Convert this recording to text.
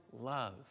love